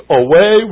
away